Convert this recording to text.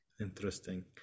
interesting